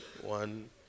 one